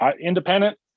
independent